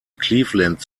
cleveland